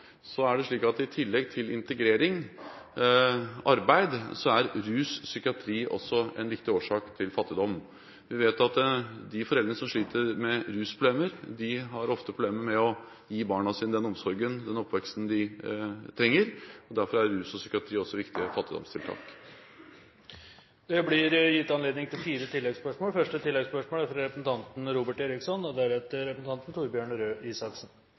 er det slik at i tillegg til integrering og arbeid, er rus og psykiatri en viktig årsak til fattigdom. Vi vet at de foreldrene som sliter med rusproblemer, ofte har problemer med å gi barna sine den omsorgen og den oppveksten de trenger. Derfor er rus og psykiatri også viktig for fattigdomstiltak. Det blir gitt anledning til fire oppfølgingsspørsmål – først representanten Robert Eriksson. Jeg er